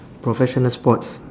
professional sports